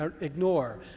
ignore